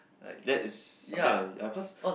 that is something I I first